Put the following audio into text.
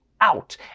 out